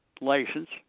license